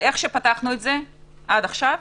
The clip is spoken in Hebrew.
באיך שפתחנו את זה עד עכשיו,